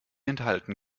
enthalten